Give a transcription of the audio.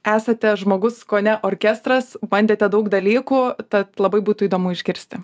esate žmogus kone orkestras bandėte daug dalykų tad labai būtų įdomu išgirsti